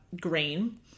grain